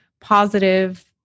positive